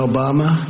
Obama